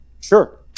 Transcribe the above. sure